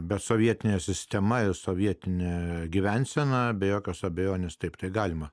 be sovietinė sistema ir sovietine gyvensena be jokios abejonės taip tegalima